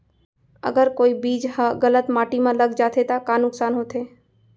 अगर कोई बीज ह गलत माटी म लग जाथे त का नुकसान होथे?